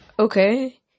Okay